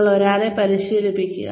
നിങ്ങൾ ഒരാളെ പരിശീലിപ്പിക്കുക